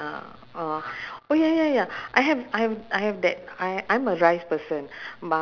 uh chong pang only I know other place I don't know because yishun I always get lost in yishun uh